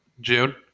June